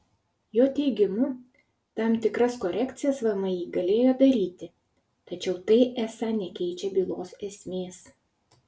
jo teigimu tam tikras korekcijas vmi galėjo daryti tačiau tai esą nekeičia bylos esmės